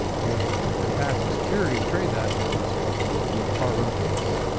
and there's a fantastic security to trade that, which is the car-rental companies.